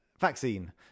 vaccine